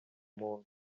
muntu